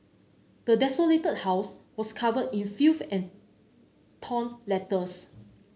the desolated house was covered in filth and torn letters